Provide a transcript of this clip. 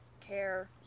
care